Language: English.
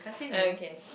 okay